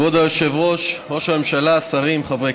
ההחלטה של ועדת